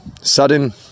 sudden